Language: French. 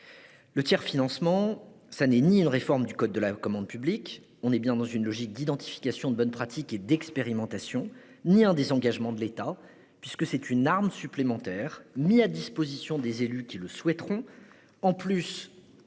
Le tiers-financement n'est ni une réforme du code de la commande publique- nous sommes dans une logique d'identification des bonnes pratiques et d'expérimentation -ni un désengagement de l'État. C'est une arme supplémentaire, mise à la disposition des élus qui le souhaiteront. Elle